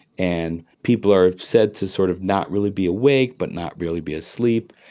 and people are said to sort of not really be awake but not really be asleep,